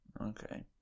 Okay